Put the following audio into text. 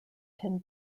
can